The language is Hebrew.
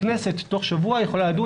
הכנסת תוך שבוע יכולה לדון.